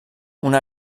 una